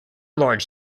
large